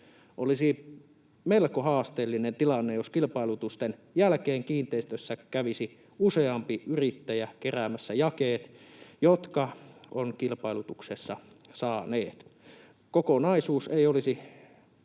Olisi melko haasteellinen tilanne, jos kilpailutusten jälkeen kiinteistössä kävisi useampi yrittäjä keräämässä ne jakeet, jotka ovat kilpailutuksessa saaneet. Kokonaisuus ei olisi